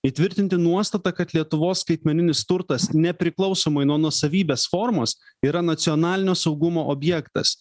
įtvirtinti nuostatą kad lietuvos skaitmeninis turtas nepriklausomai nuo nuosavybės formos yra nacionalinio saugumo objektas